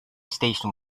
station